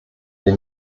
der